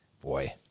boy